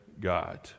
God